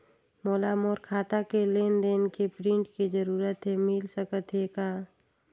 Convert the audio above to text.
मोला मोर खाता के लेन देन के प्रिंट के जरूरत हे मिल सकत हे का?